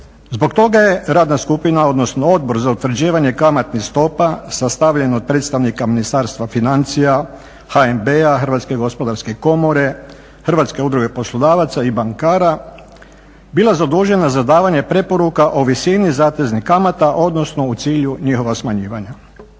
Zbog toga je radna skupina, odnosno Odbor za utvrđivanje kamatnih stopa sastavljen od predstavnika Ministarstva financija, HNB-a, HGK-a, HUP-a i bankara bila zadužena za davanje preporuka o visini zateznih kamata odnosno u cilju njihova smanjivanja.